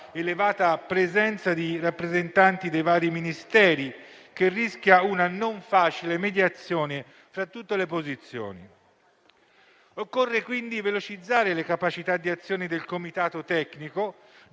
elevata presenza di rappresentanti dei vari Ministeri, che rischia una non facile mediazione tra tutte le posizioni. Occorre quindi velocizzare le capacità di azione del comitato tecnico,